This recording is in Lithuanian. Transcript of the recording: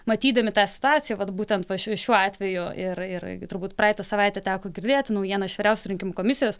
matydami tą situaciją vat būtent va šiuo šiuo atveju ir ir turbūt praeitą savaitę teko girdėti naujieną iš vyriausios rinkimų komisijos